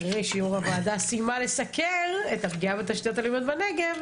אחרי שיו"ר הוועדה סיימה לסקר את הפגיעה בתשתיות הלאומיות בנגב,